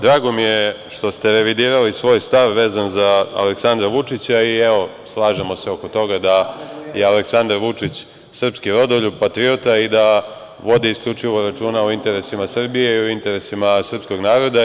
Drago mi je što ste revidirali svoj stav vezan za Aleksandra Vučića i, evo, slažemo se oko toga da je Aleksandar Vučić srpski rodoljub, patriota i da vodi isključivo računa o interesima Srbije i o interesima srpskog naroda.